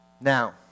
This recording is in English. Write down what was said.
Now